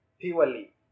purely